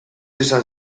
esan